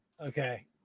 Okay